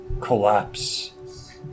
collapse